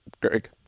Greg